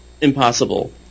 impossible